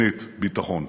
שנית, ביטחון.